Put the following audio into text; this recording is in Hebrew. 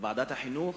בוועדת החינוך,